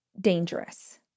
dangerous